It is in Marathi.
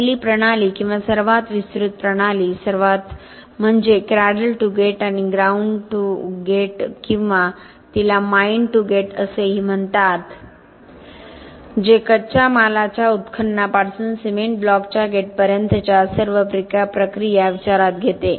पहिली प्रणाली किंवा सर्वात विस्तृत प्रणाली सर्वात संपूर्ण प्रणाली म्हणजे क्रॅडल टू गेट किंवा ग्राउंड टू गेट किंवा तिला माइन टू गेट असेही म्हणतात जे कच्च्या मालाच्या उत्खननापासून सिमेंट ब्लॉकच्या गेटपर्यंतच्या सर्व प्रक्रिया विचारात घेते